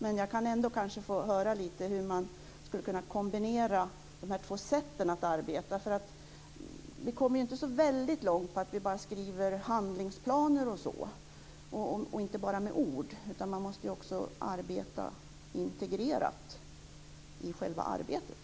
Men jag kanske ändå kan få höra lite grann om hur man skulle kunna kombinera dessa två sätt att arbeta. Vi kommer ju inte så väldigt långt genom att bara skriva handlingsplaner osv. Man kan inte bara använda ord, utan man måste också arbeta integrerat i själva arbetet.